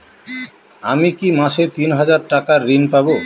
আমি কি মাসে তিন হাজার টাকার ঋণ পাবো?